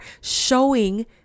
showing